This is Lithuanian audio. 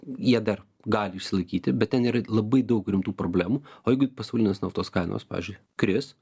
jie dar gali išsilaikyti bet ten yra labai daug rimtų problemų jeigu pasaulinės naftos kainos pavyzdžiui kris